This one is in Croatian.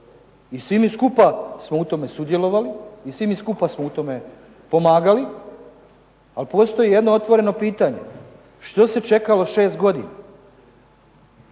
I svi mi skupa smo u tome sudjelovali i svi mi skupa smo u tome pomagali. Ali postoji jedno otvoreno pitanje. Što se čekalo 6 godina?